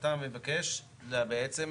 אתה מבקש את ההסדר, שבעצם,